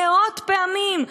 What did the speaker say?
מאות פעמים,